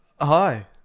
Hi